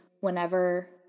whenever